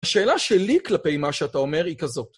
השאלה שלי כלפי מה שאתה אומר היא כזאת.